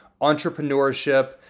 entrepreneurship